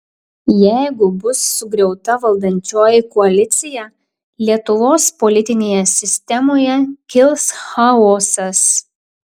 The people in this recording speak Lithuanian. jeigu bus sugriauta valdančioji koalicija lietuvos politinėje sistemoje kils chaosas